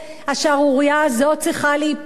השערורייה הזאת צריכה להיפסק.